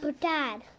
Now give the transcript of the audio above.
Dad